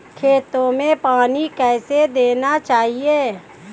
खेतों में पानी कैसे देना चाहिए?